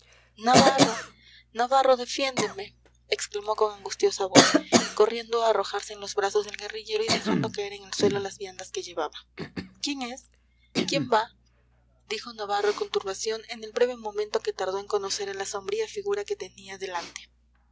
navarro navarro defiéndeme exclamó con angustiosa voz corriendo a arrojarse en los brazos del guerrillero y dejando caer en el suelo las viandas que llevaba quién es quién va dijo navarro con turbación en el breve momento que tardó en conocer a la sombría figura que tenía delante